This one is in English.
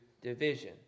division